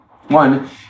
one